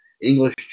English